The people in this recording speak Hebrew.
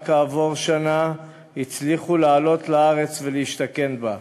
רק כעבור שנה הצליחו לעלות לארץ ולהשתכן בה.